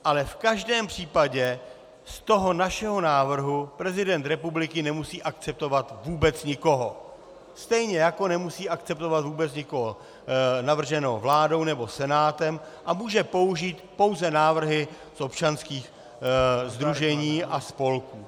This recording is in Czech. Ale v každém případě z toho našeho návrhu prezident republiky nemusí akceptovat vůbec nikoho, stejně jako nemusí akceptovat vůbec nikoho navrženého vládou nebo Senátem a může použít pouze návrhy z občanských sdružení a spolků.